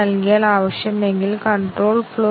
ഇപ്പോൾ ആദ്യത്തെ ആവശ്യകത നോക്കാം